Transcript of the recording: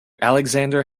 alexander